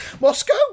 Moscow